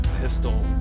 Pistol